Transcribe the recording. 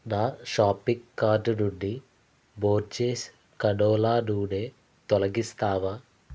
నా shopping cart నుండి Borges canola నూనె తొలగిస్తావా